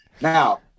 Now